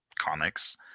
comics